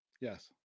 Yes